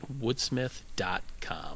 woodsmith.com